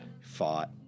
fought